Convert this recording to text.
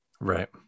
Right